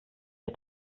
wir